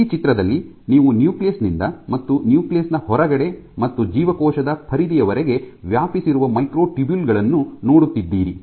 ಈ ಚಿತ್ರದಲ್ಲಿ ನೀವು ನ್ಯೂಕ್ಲಿಯಸ್ ನಿಂದ ಮತ್ತು ನ್ಯೂಕ್ಲಿಯಸ್ ನ ಹೊರಗಡೆ ಮತ್ತು ಜೀವಕೋಶದ ಪರಿಧಿಯವರೆಗೆ ವ್ಯಾಪಿಸಿರುವ ಮೈಕ್ರೊಟ್ಯೂಬ್ಯೂಲ್ ಗಳನ್ನು ನೋಡುತ್ತಿದ್ದೀರಿ